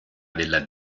della